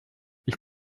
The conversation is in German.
ich